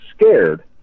scared